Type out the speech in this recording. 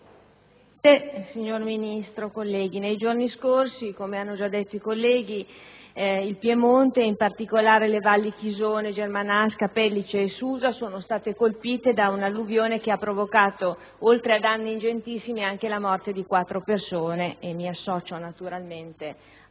Presidente, signor Ministro, colleghi, nei giorni scorsi, come è stato già ricordato, il Piemonte, in particolare le valli Chisone, Germanasca, Pellice e Susa, sono state colpite da un'alluvione che ha provocato, oltre ad ingentissimi danni, anche la morte di quattro persone (e mi associo naturalmente al